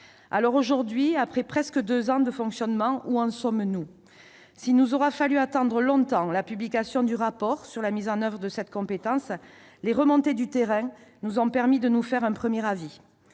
Aujourd'hui, après presque deux ans de fonctionnement, où en sommes-nous ? S'il nous a fallu attendre longtemps la publication du rapport sur la mise en oeuvre de cette compétence, les remontées du terrain nous ont permis de nous faire un premier avis.